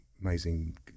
amazing